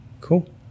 cool